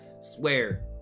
Swear